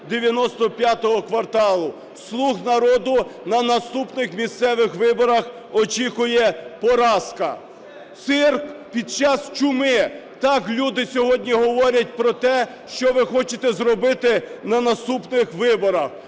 "95 кварталу". "Слуг народу" на наступних місцевих виборах очікує поразка. Цирк під час чуми – так люди сьогодні говорять про те, що ви хочете зробити на наступних виборах.